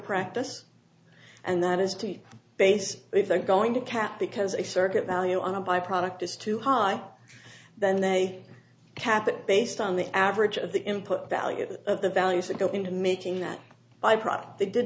practice and that is to base if they're going to cap because a circuit value on a by product is too high then they cap it based on the average of the input value of the values that go into making that by product they did